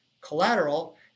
collateral